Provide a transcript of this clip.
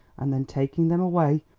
and then taking them away,